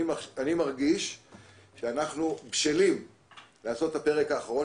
אני מרגיש שאנחנו בשלים לעשות את הפרק האחרון